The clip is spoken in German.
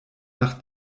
nach